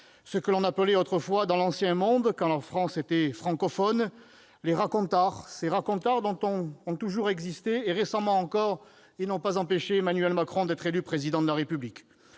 Ce que l'on appelait autrefois, dans l'ancien monde, quand la France était francophone, les racontars, cela a toujours existé. Récemment encore, ces racontars n'ont pas empêché Emmanuel Macron d'être élu Président de la République.